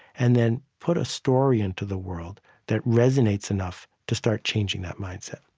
and then put a story into the world that resonates enough to start changing that mindset